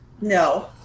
No